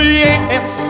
yes